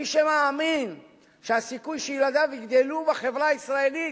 מי שמאמין שהסיכוי שילדיו יגדלו בחברה הישראלית